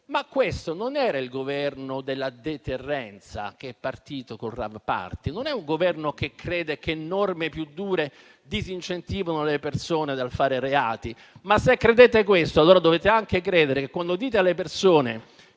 Questo non era il Governo della deterrenza, che è partito con il *rave party*? Non è un Governo che crede che norme più dure disincentivano le persone dal commettere reati? Se credete questo, allora dovete anche dire alle persone